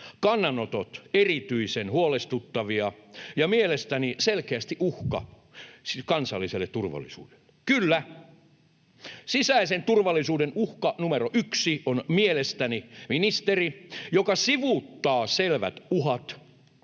kannanotot erityisen huolestuttavia ja mielestäni siis selkeästi uhka kansalliselle turvallisuudelle. Kyllä — sisäisen turvallisuuden uhka numero yksi on mielestäni ministeri, joka sivuuttaa selvät uhat,